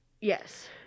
Yes